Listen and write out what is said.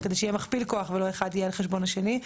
כדי שיהיה מכפיל כוח ולא אחד על חשבון השני,